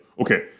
Okay